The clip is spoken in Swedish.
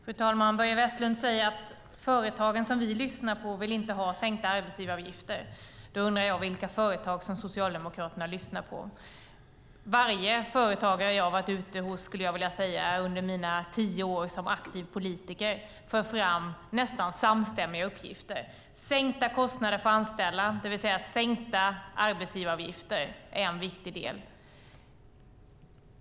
Fru talman! Börje Vestlund säger att de företag som Socialdemokraterna lyssnar på inte vill ha sänkta arbetsgivaravgifter. Då undrar jag vilka företag de lyssnar på. Varje företagare jag har varit ute hos under mina tio år som aktiv politiker för fram nästan samstämmiga uppgifter: Sänkta kostnader för att anställa, det vill säga sänkta arbetsgivaravgifter, är en viktig del.